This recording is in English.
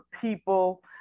people